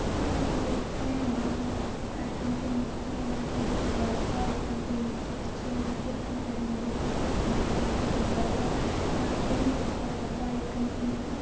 یہِ فریم بَنان مطلب اَکہِ کَمپٔنۍ ہُند فریم بَنان تَمہِ سۭتۍ چھُ لگان پَاے یہِ کَمپٔنی کِژھ چھِ یہِ کِتھ کٔنۍ کرِ مےٚ برونٛہہ کُن کِتھ کٔنۍ کرِ مےٚ سۭتۍ یہِ برتاو یا تَمہِ سۭتۍ چھِ لگان پاے یہِ کَمپٔنی